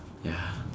ya